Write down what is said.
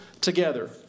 together